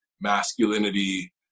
masculinity